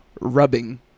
rubbing